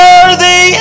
Worthy